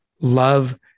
love